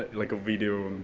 like, a video.